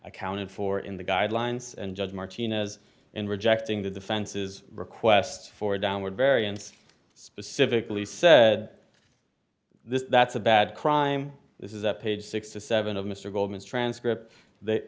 accounted for in the guidelines and judge martinez in rejecting the defense's request for downward variance specifically said that's a bad crime this is that page six to seven of mr goldman transcript th